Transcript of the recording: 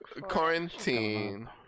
quarantine